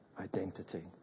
identity